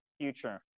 future